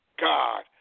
God